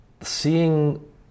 seeing